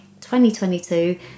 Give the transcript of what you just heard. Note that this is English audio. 2022